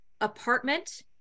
apartment